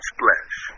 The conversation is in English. Splash